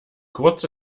kurz